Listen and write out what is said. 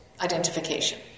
identification